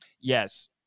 Yes